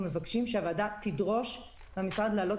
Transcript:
אנחנו מבקשים שהוועדה תדרוש מהמשרד להעלות